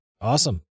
Awesome